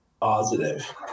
positive